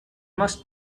must